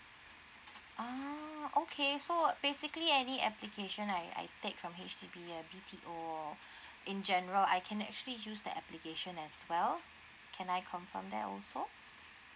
ah okay so basically any application I I take from H_D_B uh B_T_O in general I can actually use the application as well can I confirm there also